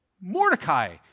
Mordecai